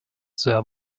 sehr